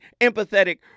empathetic